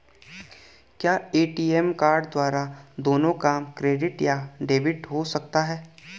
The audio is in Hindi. क्या ए.टी.एम कार्ड द्वारा दोनों काम क्रेडिट या डेबिट हो सकता है?